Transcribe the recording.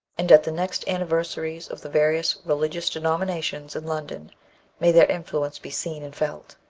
and at the next anniversaries of the various religious denominations in london may their influence be seen and felt!